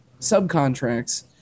subcontracts